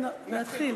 נתחיל.